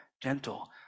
gentle